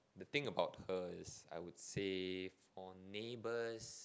you think about her is I would say for neighbors